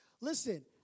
listen